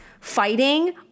fighting